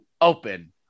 open